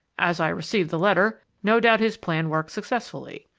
as i received the letter, no doubt his plan worked successfully.